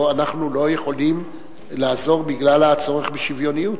אנחנו לא יכולים לעזור בגלל הצורך בשוויוניות.